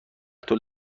طول